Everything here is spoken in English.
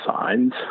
signs